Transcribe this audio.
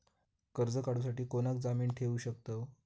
कर्ज काढूसाठी कोणाक जामीन ठेवू शकतव?